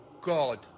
god